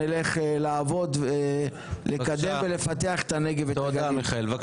בבקשה, זאב.